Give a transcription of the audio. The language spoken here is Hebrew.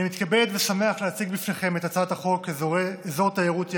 אני מתכבד ושמח להציג בפניכם את הצעת חוק אזור תיירות ירוק,